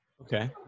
Okay